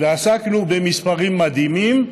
ועסקנו במספרים מדהימים,